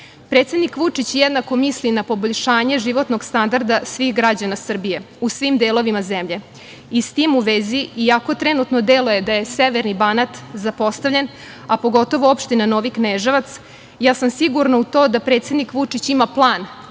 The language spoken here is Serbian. evra. Predsednik Vučić jednako misli na poboljšanje životnog standarda svih građana Srbije, u svim delovima zemlje, i s tim u vezi, iako trenutno deluje da je severni Banat zapostavljen, a pogotovo opština Novi Kneževac, ja sam sigurna u to da predsednik Vučić ima plan